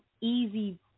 easy